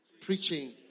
preaching